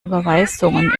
überweisungen